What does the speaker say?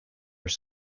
were